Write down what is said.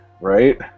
Right